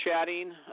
chatting